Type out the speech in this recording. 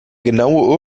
genaue